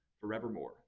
forevermore